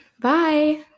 Bye